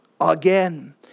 again